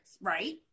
right